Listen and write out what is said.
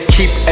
Keep